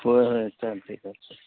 होय होय चालतं आहे चालतं आहे ठीक